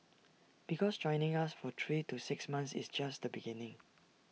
because joining us for three to six months is just the beginning